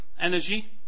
energy